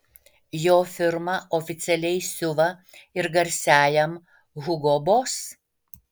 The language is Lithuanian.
jo firma oficialiai siuva ir garsiajam hugo boss